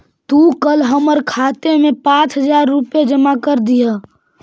तू कल हमर खाते में पाँच हजार रुपए जमा करा दियह